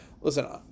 Listen